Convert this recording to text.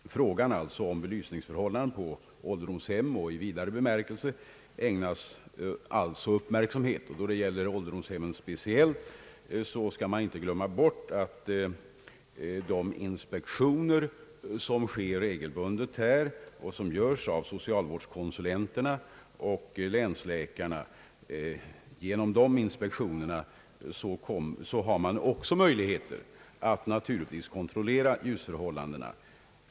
Frågan om belysningsförhållandena på ålderdomshem och i vidare bemärkelse ägnas alltså uppmärksamhet, och vad speciellt gäller ålderdomshemmen skall man inte glömma bort att de inspektioner som sker regelbundet och som görs av socialvårdskonsulenterna och = länsläkarna också ger möjligheter att kontrollera ljusförhållandena.